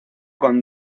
con